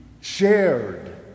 shared